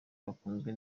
bakunzwe